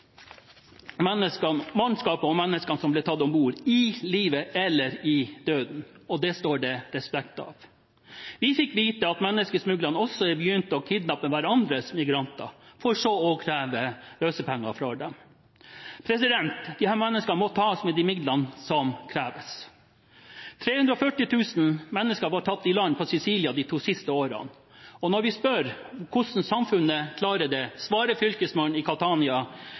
mannskapet og menneskene som ble tatt om bord i live eller døde. Det står det respekt av. Vi fikk vite at menneskesmuglerne også er begynt å kidnappe hverandres migranter for så å kreve løsepenger for dem. Disse menneskene må tas med de midlene som kreves. 340 000 mennesker var tatt i land på Sicilia de to siste årene. Når vi spør hvordan samfunnet klarer det, svarer fylkesmannen i Catania: